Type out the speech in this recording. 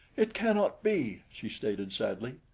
it cannot be, she stated sadly.